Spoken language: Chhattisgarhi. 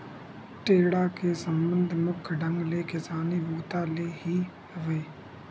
टेंड़ा के संबंध मुख्य ढंग ले किसानी बूता ले ही हवय